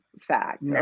fact